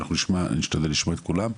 ואנחנו נשתדל לשמוע את כולם,